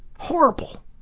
horrible!